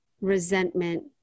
resentment